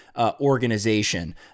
organization